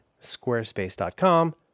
squarespace.com